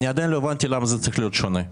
אני עדיין לא הבנתי למה זה צריך להיות שונה.